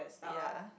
ya